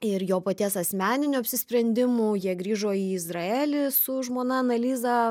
ir jo paties asmeninių apsisprendimų jie grįžo į izraelį su žmona ana liza